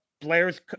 Blair's